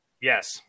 Yes